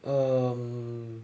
um